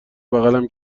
بغلم